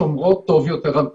שומרות טוב יותר על הפרטיות.